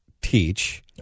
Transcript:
teach